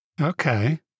Okay